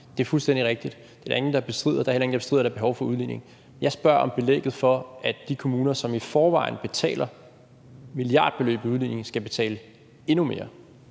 Det er fuldstændig rigtigt. Det er der ingen, der bestrider, og der er heller ingen, der bestrider, at der er behov for udligning. Jeg spørger om belægget for, at de kommuner, som i forvejen betaler milliardbeløb i udligning, skal betale endnu mere.